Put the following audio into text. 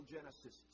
Genesis